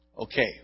Okay